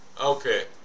Okay